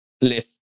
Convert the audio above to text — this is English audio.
list